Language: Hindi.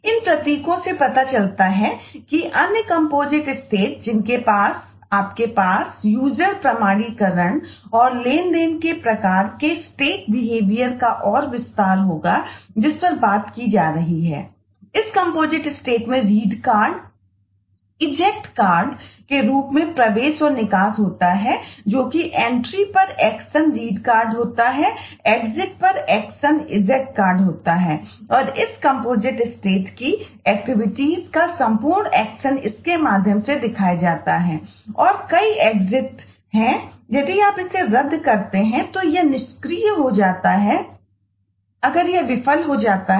इन प्रतीकों से पता चलता है कि अन्य कम्पोजिट स्टेटको परिभाषित करने का प्रयास करता है